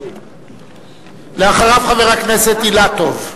אחריו, חבר הכנסת אילטוב.